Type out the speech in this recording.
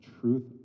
truth